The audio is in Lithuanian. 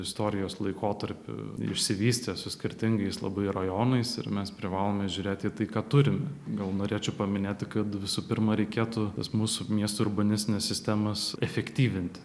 istorijos laikotarpiu išsivystė su skirtingais labai rajonais ir mes privalome žiūrėti į tai ką turime gal norėčiau paminėti kad visų pirma reikėtų tas mūsų miesto urbanistines sistemas efektyvinti